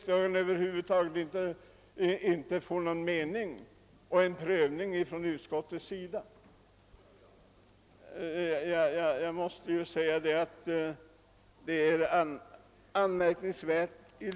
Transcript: Skall vi då över huvud taget inte få någon prövning i utskottet? Det vore högst anmärkningsvärt.